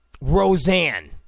Roseanne